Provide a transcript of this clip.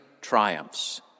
triumphs